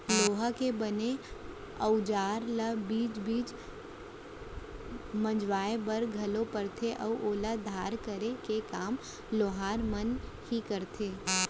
लोहा के बने अउजार ल बीच बीच पजवाय बर घलोक परथे अउ ओला धार करे के काम लोहार मन ही करथे